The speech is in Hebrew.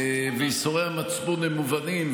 ייסורי המצפון מובנים,